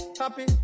happy